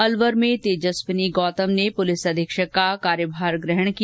अलवर में तेजस्विनी गौतम ने पुलिस अधीक्षक का कार्यभार ग्रहण किया